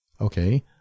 Okay